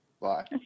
Bye